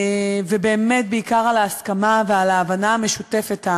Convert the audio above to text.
ובאמת בעיקר על ההסכמה ועל ההבנה המשותפת.